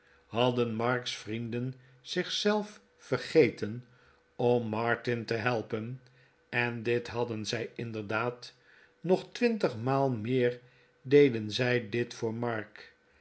hadden mark's vrienden zich zelf vergeten om martin te helpen en dit hadden zij inderdaad nog twintigmaal meer deden zij dit voor mark